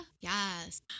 yes